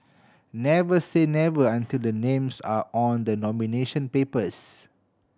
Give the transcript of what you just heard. never say never until the names are on the nomination papers